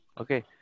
Okay